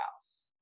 house